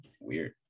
weird